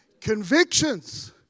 Convictions